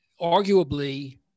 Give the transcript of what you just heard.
arguably